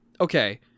Okay